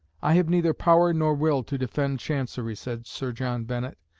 i have neither power nor will to defend chancery, said sir john bennett,